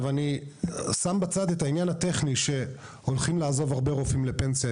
אני שם בצד את העניין הטכני שהרבה רופאים יעזבו בקרוב לפנסיה,